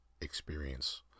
experience